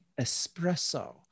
espresso